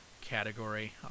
category